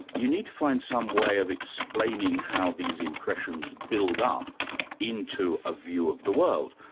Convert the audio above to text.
you need to find some way of explaining how these impressions build up into a view of the world,